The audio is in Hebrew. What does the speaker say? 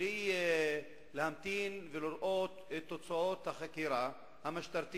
מבלי להמתין ולראות את תוצאות החקירה המשטרתית,